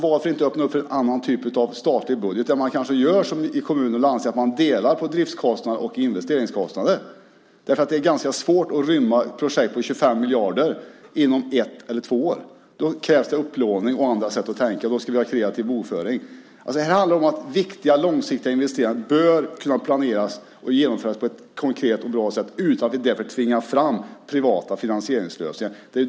Varför inte öppna upp för en annan typ av statlig budget där man kanske gör som i kommuner och landsting, delar på driftskostnader och investeringskostnader? Det är ganska svårt att rymma ett projekt på 25 miljarder inom ett eller två år. Då krävs det upplåning och andra sätt att tänka. Då ska vi ha kreativ bokföring. Det handlar om att viktiga, långsiktiga investeringar bör kunna planeras och genomföras på ett konkret och bra sätt utan att vi därför tvingar fram privata finansieringslösningar.